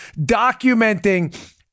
documenting